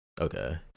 okay